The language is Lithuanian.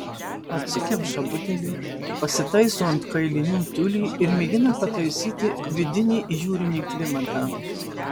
atsikemša butelį pasitaiso ant kailinių tiulį ir mėgina pataisyti vidinį jūrinį klimatą